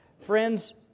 Friends